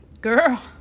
Girl